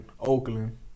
Oakland